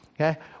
okay